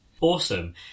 Awesome